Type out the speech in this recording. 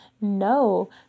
No